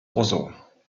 roseau